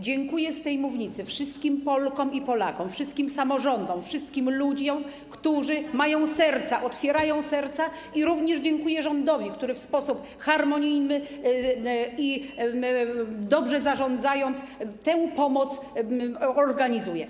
Dziękuję z tej mównicy wszystkim Polkom i Polakom, wszystkim samorządom, wszystkim ludziom, którzy mają serca, otwierają serca i również dziękuję rządowi, który w sposób harmonijny i dobrze zarządzając, tę pomoc organizuje.